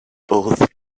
both